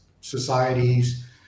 societies